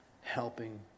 helping